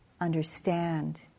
understand